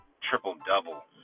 triple-double